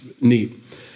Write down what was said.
Neat